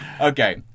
okay